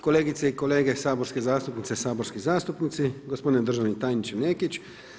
Kolegice i kolege saborske zastupnice, saborski zastupnici, gospodine državni tajniče Nekić.